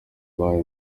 bahawe